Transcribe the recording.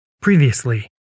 previously